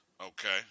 Okay